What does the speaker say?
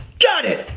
got it,